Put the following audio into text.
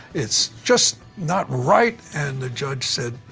it's just not right. and the judge said,